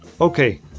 Okay